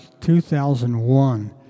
2001